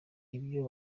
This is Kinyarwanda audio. ibyo